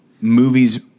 movies